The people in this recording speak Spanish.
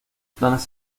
planes